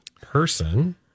person